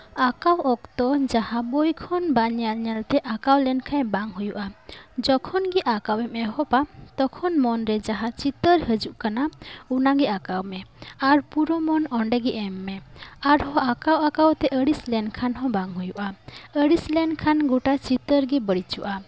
ᱟᱸᱠᱟᱣ ᱚᱠᱛᱚ ᱡᱟᱸᱦᱟ ᱵᱳᱭ ᱠᱷᱚᱱ ᱵᱟ ᱧᱮᱞ ᱧᱮᱞᱛᱮ ᱵᱟᱝ ᱟᱸᱠᱟᱣ ᱞᱮᱠᱷᱟᱱ ᱵᱟᱝ ᱦᱳᱭᱚᱜᱼᱟ ᱡᱚᱠᱷᱚᱱ ᱜᱮ ᱟᱸᱠᱟᱣ ᱮᱢ ᱮᱦᱚᱵᱟ ᱛᱚᱠᱷᱚᱱ ᱢᱚᱱᱨᱮ ᱡᱟᱦᱟᱸ ᱪᱤᱛᱟᱹᱨ ᱦᱤᱡᱩᱜ ᱠᱟᱱᱟ ᱚᱱᱟ ᱜᱮ ᱟᱸᱠᱟᱣ ᱢᱮ ᱟᱨ ᱯᱩᱨᱟᱹ ᱢᱚᱱ ᱚᱸᱰᱮ ᱜᱮ ᱮᱢᱼᱢᱮ ᱟᱨ ᱦᱚᱸ ᱟᱸᱠᱟᱣ ᱟᱸᱠᱟᱣ ᱛᱮ ᱟᱹᱲᱤᱥ ᱞᱮᱱᱠᱷᱟᱱ ᱦᱚᱸ ᱵᱟᱝ ᱦᱩᱭᱩᱜᱼᱟ ᱟᱹᱲᱤᱥ ᱞᱮᱱᱠᱷᱟᱱ ᱜᱚᱴᱟ ᱪᱤᱛᱟᱹᱜᱮ ᱵᱟᱹᱲᱤᱡᱚᱜᱼᱟ